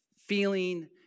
feeling